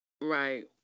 Right